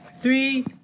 Three